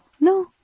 No